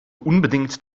unbedingt